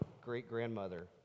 great-grandmother